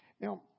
Now